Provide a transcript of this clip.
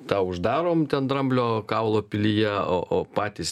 tą uždarom ten dramblio kaulo pilyje o o patys